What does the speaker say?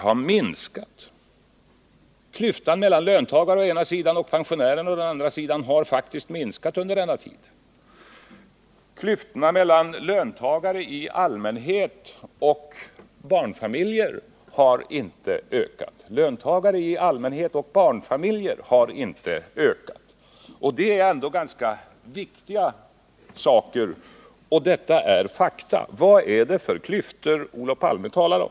Klyftan mellan å ena sidan löntagare och å andra sidan pensionärer har faktiskt minskat under denna tid, och klyftorna mellan löntagare i allmänhet och barnfamiljer har inte ökat. Det är ändå ganska viktiga saker. Detta är fakta. Vad är det för klyftor som Olof Palme talar om?